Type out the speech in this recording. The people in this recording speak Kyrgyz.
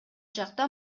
жакта